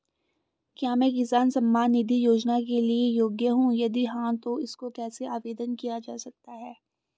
क्या मैं किसान सम्मान निधि योजना के लिए योग्य हूँ यदि हाँ तो इसको कैसे आवेदन किया जा सकता है?